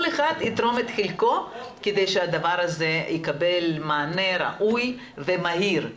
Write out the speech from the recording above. כל אחד יתרום את חלקו כדי שהדבר הזה יקבל מענה ראוי ומהיר.